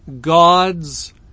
God's